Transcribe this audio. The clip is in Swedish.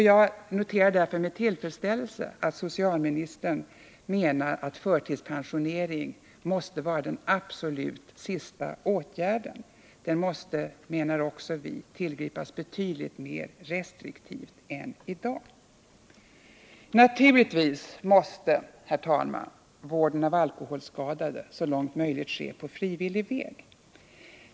Jag noterar därför med tillfredsställelse att socialministern menar att förtidspension måste vara den absolut sista åtgärden. Den måste också, menar vi, tillgripas betydligt mer restriktivt än i dag. Naturligtvis måste, herr talman, vården av alkoholskadade så långt möjligt ske på frivillig väg.